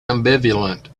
ambivalent